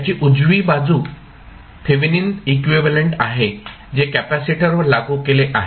याची उजवी बाजू थेवेनिन इक्विव्हॅलेंट आहे जे कपॅसिटरवर लागू केले आहे